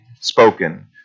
spoken